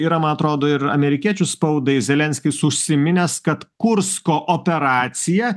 yra man atrodo ir amerikiečių spaudai zelenskis užsiminęs kad kursko operacija